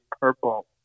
purple